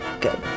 Good